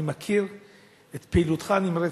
אני מכיר את פעילותך הנמרצת,